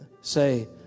say